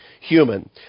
human